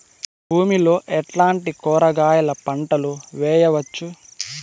నా భూమి లో ఎట్లాంటి కూరగాయల పంటలు వేయవచ్చు?